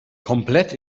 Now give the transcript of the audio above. komplett